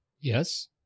Yes